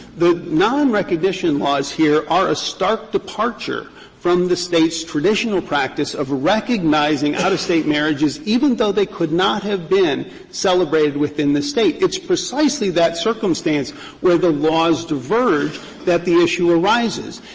the nonrecognition laws here are a stark departure from the state's traditional practice of recognizing out-of-state marriages even though they could not have been celebrated within the state. it's precisely that circumstance where the laws diverge that the issue arises.